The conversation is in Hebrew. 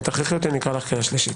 אם תכריחי אותי אקרא קריאה שלישית.